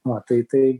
va tai tai